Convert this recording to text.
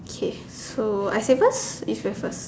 K so I say first you say first